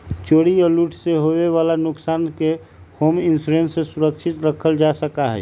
चोरी और लूट से होवे वाला नुकसान के होम इंश्योरेंस से सुरक्षित रखल जा सका हई